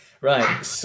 Right